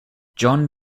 john